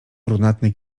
brunatny